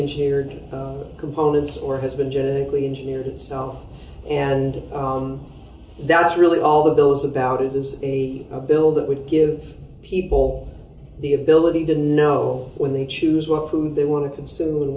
engineered components or has been genetically engineered itself and that's really all the bills about it is a bill that would give people the ability to know when they choose what food they want to consume